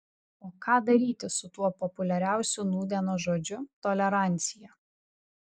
o ką daryti su tuo populiariausiu nūdienos žodžiu tolerancija